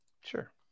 Sure